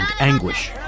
anguish